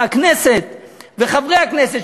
הכנסת וחברי הכנסת,